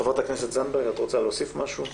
חברת הכנסת זנדברג, את רוצה להוסיף משהו?